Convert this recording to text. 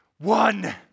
one